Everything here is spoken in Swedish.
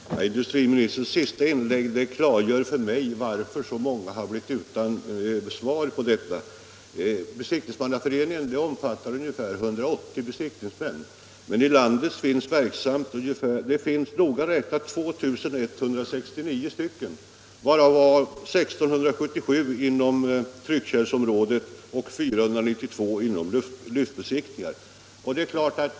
Fru talman! Industriministerns senaste inlägg klargör för mig varför så många har blivit utan svar. Besiktningsmannaföreningen omfattar ungefär 180 besiktningsmän, men i landet finns noga räknat 2 169 besiktningsmän, av vilka 1677 är verksamma inom tryckkärlsområdet och 492 inom lyftbesiktningsområdet.